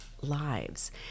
lives